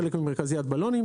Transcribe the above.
חלק עם מרכזיית בלונים,